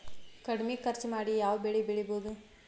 ಕಡಮಿ ಖರ್ಚ ಮಾಡಿ ಯಾವ್ ಬೆಳಿ ಬೆಳಿಬೋದ್?